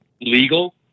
legal